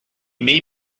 may